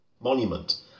monument